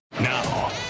Now